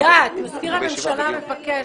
בחיאת, מזכיר הממשלה מבקש.